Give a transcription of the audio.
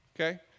Okay